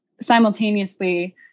simultaneously